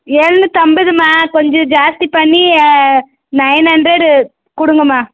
எழ்நூத்து ஐம்பதுமா கொஞ்சம் ஜாஸ்தி பண்ணி நயன் ஹண்ட்ரடு கொடுங்கம்மா